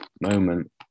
moment